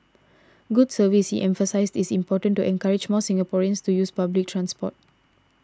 good service he emphasised is important to encourage more Singaporeans to use public transport